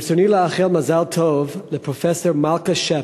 ברצוני לאחל מזל טוב לפרופסור מלכה שפס,